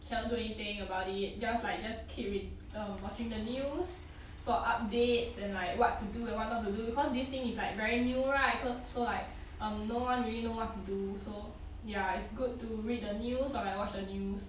cannot do anything about it just like just keep with um watching the news for updates and like what to do and want not to do because this thing is like very new right so like um no one really know what to do so ya it's good to read the news or like watch the news